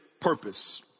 Purpose